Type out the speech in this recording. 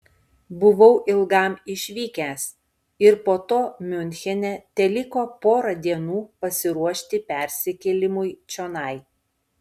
buvau ilgam išvykęs ir po to miunchene teliko pora dienų pasiruošti persikėlimui čionai